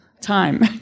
time